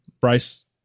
Bryce